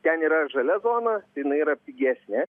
ten yra žalia zona jinai yra pigesnė